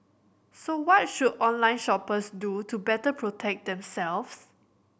so what should online shoppers do to better protect themselves